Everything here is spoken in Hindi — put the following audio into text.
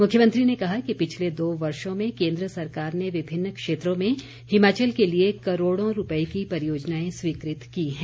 मुख्यमंत्री ने कहा कि पिछले दो वर्षो में केन्द्र सरकार ने विभिन्न क्षेत्रों में हिमाचल के लिए करोड़ों रूपए की परियोजनाएं स्वीकृत की हैं